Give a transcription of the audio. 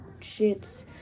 shits